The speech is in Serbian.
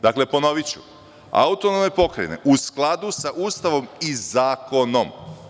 Dakle, ponoviću, autonomne pokrajine u skladu sa Ustavom i zakonom.